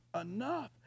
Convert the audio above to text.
enough